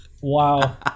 Wow